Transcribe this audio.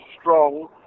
strong